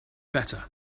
better